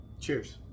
cheers